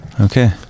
okay